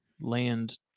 land